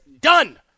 done